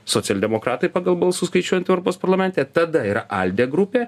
socialdemokratai pagal balsų skaičiuojant europos parlamente tada yra alde grupė